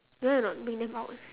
you want or not bring them out